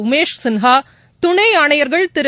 உமேஷ் சின்ஹா துணை ஆணையர்கள் திரு